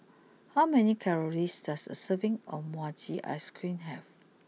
how many calories does a serving of Mochi Ice cream have